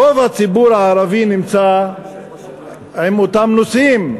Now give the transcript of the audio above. רוב הציבור הערבי נמצא עם אותם נוסעים.